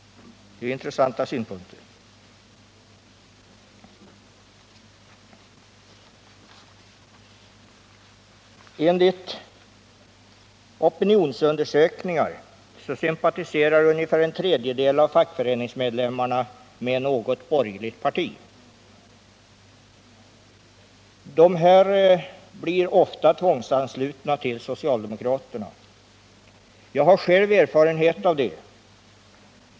Det är intressanta synpunkter. Enligt opinionsundersökningar sympatiserar ungefär en tredjedel av fackföreningsmedlemmarna med något borgerligt parti. Dessa blir ofta tvångsanslutna till socialdemokraterna. Jag har själv erfarenhet av det.